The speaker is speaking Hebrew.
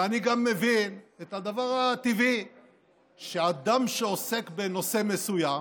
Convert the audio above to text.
ואני גם מבין את הדבר הטבעי שאדם שעוסק בנושא מסוים